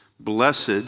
Blessed